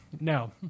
No